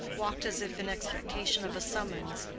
walked as if in expectation of a summons,